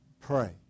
Pray